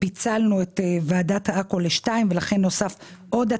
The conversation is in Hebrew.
פיצלנו את ועדת עכו לשתיים ולכן נוסף עוד אתר.